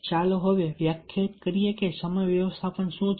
ચાલો હવે વ્યાખ્યાયિત કરીએ કે સમય વ્યવસ્થાપન શું છે